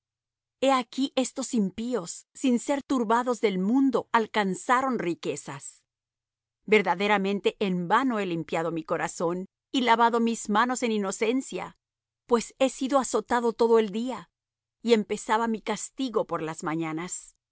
aquí estos impíos sin ser turbados del mundo alcanzaron riquezas verdaderamente en vano he limpiado mi corazón y lavado mis manos en inocencia pues he sido azotado todo el día y empezaba mi castigo por las mañanas